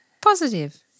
Positive